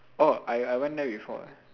orh I I went there before